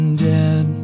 dead